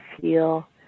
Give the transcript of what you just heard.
feel